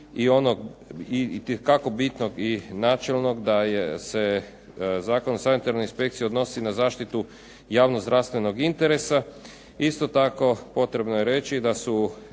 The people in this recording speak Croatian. i onog itekako bitnog i načelnog da se Zakon o sanitarnoj inspekciji odnosi na zaštitu javno-zdravstvenog interesa. Isto tako, potrebno je reći da su